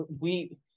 we-